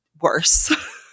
worse